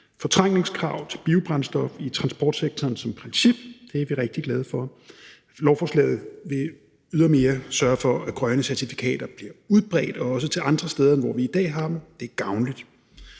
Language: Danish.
fortrængningskrav til biobrændstof i transportsektoren som princip. Det er vi rigtig glade for. Lovforslaget vil ydermere sørge for, at grønne certifikater bliver udbredt også til andre steder, end hvor vi i dag har dem. Det er gavnligt.